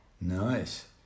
Nice